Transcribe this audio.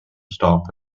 stop